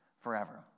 forever